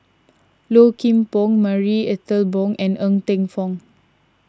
Low Kim Pong Marie Ethel Bong and Ng Teng Fong